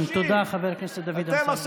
תודה, חבר הכנסת דוד אמסלם.